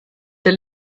der